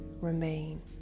remain